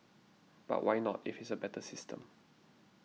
but why not if it's a better system